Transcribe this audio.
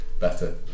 better